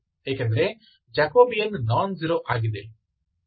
ಏಕೆಂದರೆ Jacobian non zero ಆಗಿದೆ